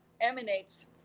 emanates